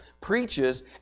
preaches